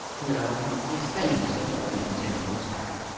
no, he is bending so that the other may stand upon his back.